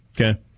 Okay